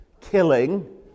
killing